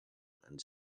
and